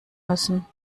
müssen